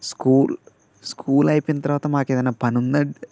school school అయిపోయిన తర్వాత మాకు ఏదన్నా పనుంద